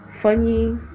Funny